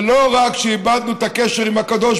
זה לא רק שאיבדנו את הקשר עם הקדוש